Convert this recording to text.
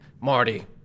Marty